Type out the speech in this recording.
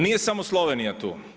Nije samo Slovenija tu.